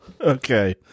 okay